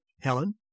Helen